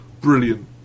brilliant